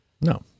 No